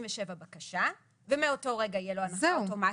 בקשה ומאותו רגע תהיה לו הנחה אוטומטית.